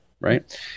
right